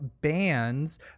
bands